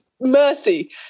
mercy